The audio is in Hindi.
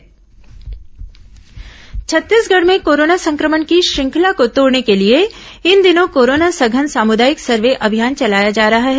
सामुदायिक सर्वे छत्तीसगढ़ में कोरोना संक्रमण की श्रृंखला को तोड़ने के लिए इन दिनों कोरोना सघन सामुदायिक सर्वे अभियान चलाया जा रहा है